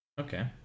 okay